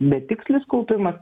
betikslis kaupimas